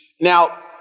now